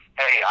hey